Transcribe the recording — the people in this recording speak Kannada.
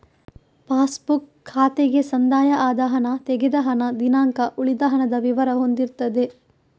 ಪಾಸ್ ಬುಕ್ ಖಾತೆಗೆ ಸಂದಾಯ ಆದ ಹಣ, ತೆಗೆದ ಹಣ, ದಿನಾಂಕ, ಉಳಿದ ಹಣದ ವಿವರ ಹೊಂದಿರ್ತದೆ